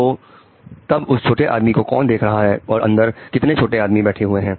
तो तब उस छोटे आदमी को कौन देख रहा है और अंदर कितने छोटे आदमी बैठे हुए हैं